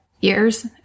years